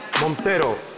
Montero